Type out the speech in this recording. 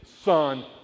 son